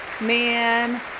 man